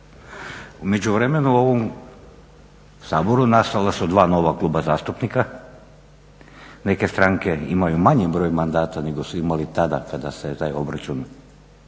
U međuvremenu u ovom Saboru nastala su dva nova kluba zastupnika, neke stranke imaju manji broj mandata nego su imali tada kada se taj obračun